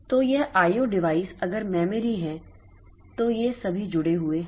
तो यह IO device अगर मेमोरी है तो ये सभी जुड़े हुए हैं